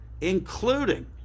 including